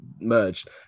merged